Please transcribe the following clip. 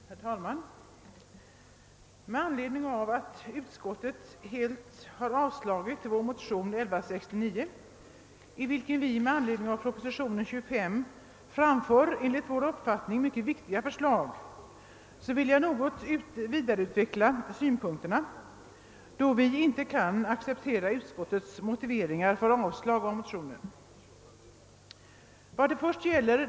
Herr talman! Med anledning av att utskottet helt har avstyrkt vår motion II: 1169, i vilken vi med anledning av proposition nr 25 framför enligt vår uppfattning mycket viktiga förslag, vill jag något vidareutveckla våra synpunk ter, eftersom vi inte kan acceptera utskottets motiveringar för yrkandet om avslag på motionen.